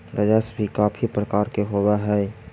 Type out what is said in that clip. राजस्व भी काफी प्रकार के होवअ हई